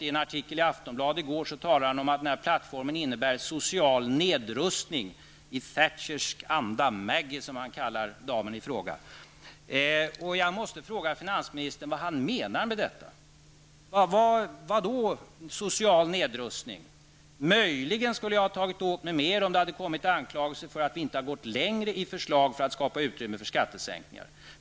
I en artikel i Aftonbladet i går talar han om att den här plattformen innebär social nedrustning i Thatchersk anda; Maggie kallar han damen i fråga. Jag måste fråga finansministern vad han menar med detta. Vilken social nedrustning? Möjligen hade jag tagit åt mig mer om det hade kommit anklagelser för att vi inte gått längre i våra förslag för att skapa utrymme för skattesänkningar.